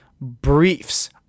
briefs